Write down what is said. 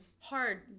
hard